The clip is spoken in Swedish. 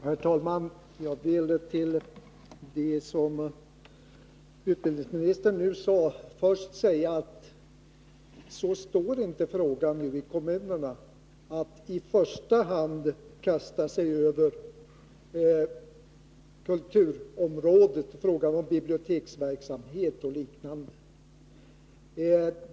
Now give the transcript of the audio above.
Herr talman! Jag vill till det som utbildningsministern nyss yttrade först säga att så är inte läget nu i kommunerna att man i första hand skall kasta sig över kulturområdet — biblioteksverksamhet och liknande.